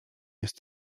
jest